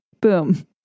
boom